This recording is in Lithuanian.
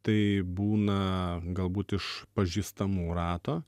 tai būna galbūt iš pažįstamų rato